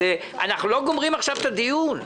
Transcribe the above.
הרי אנחנו לא גומרים עכשיו את הדיון.